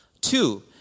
Two